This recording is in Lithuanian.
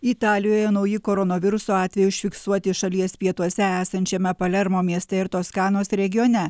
italijoje nauji koronaviruso atvejai užfiksuoti šalies pietuose esančiame palermo mieste ir toskanos regione